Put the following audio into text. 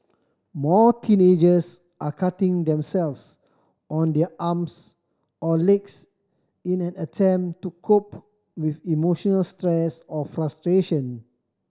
more teenagers are cutting themselves on their arms or legs in an attempt to cope with emotional stress or frustration